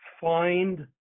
Find